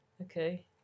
Okay